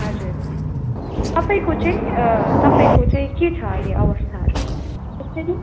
हजुर तपाईँको चाहिँ तपाईँको चाहिँ के छ अहिले अवस्थाहरू ठिक छैन